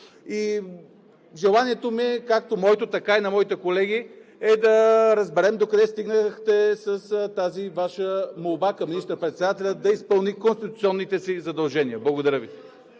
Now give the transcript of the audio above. Желанието ми, както моето, така и на моите колеги, е да разберем докъде стигнахте с тази Ваша молба към министър-председателя – да изпълни конституционните си задължения. Благодаря Ви.